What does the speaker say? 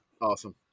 Awesome